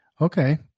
Okay